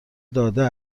داده